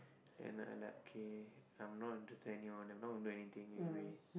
then I like okay I'm not interested in any of them I'm not gonna do anything anyway